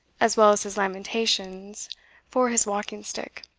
as well as his lamentations for his walking-stick.